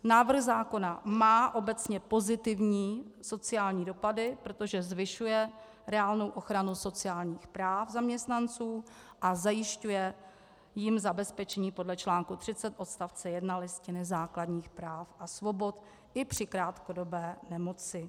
Návrh zákona má obecně pozitivní sociální dopady, protože zvyšuje reálnou ochranu sociálních práv zaměstnanců a zajišťuje jim zabezpečení podle článku 30 odst. 1 Listiny základních a svobod i při krátkodobé nemoci.